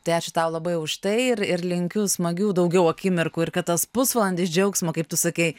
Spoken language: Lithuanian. tai ačiū tau labai už tai ir ir linkiu smagių daugiau akimirkų ir kad tas pusvalandis džiaugsmo kaip tu sakei